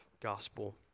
gospel